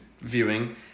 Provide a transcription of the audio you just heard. viewing